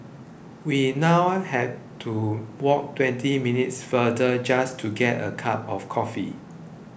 we now have to walk twenty minutes farther just to get a cup of coffee